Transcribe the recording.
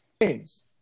games